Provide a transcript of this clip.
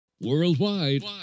Worldwide